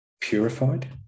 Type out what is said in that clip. Purified